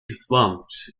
slumped